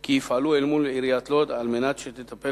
כי יפעלו אל מול עיריית לוד על מנת שתטפל